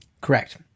Correct